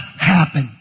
happen